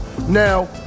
Now